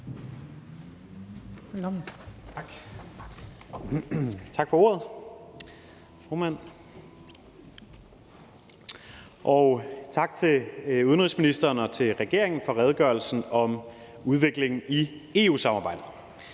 Tak for ordet, formand, og tak til udenrigsministeren og til regeringen for redegørelsen om udviklingen i EU-samarbejdet.